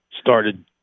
started